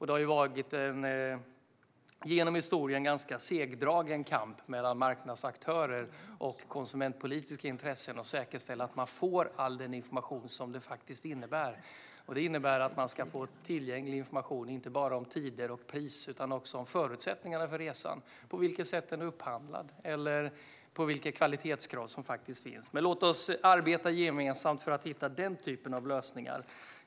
Det har genom historien varit en ganska segdragen kamp mellan marknadsaktörer och konsumentpolitiska intressen att säkerställa att konsumenten får all den information som det faktiskt innebär, och det innebär information inte bara om tider och priser utan också om förutsättningarna för resan - på vilket sätt den är upphandlad och vilka kvalitetskrav som finns. Låt oss arbeta gemensamt för att hitta den typen av lösningar.